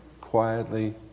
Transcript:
quietly